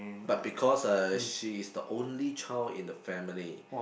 but because uh she's the only child in the family